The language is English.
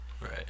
right